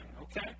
okay